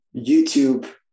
YouTube